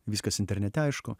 viskas internete aišku